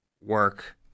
work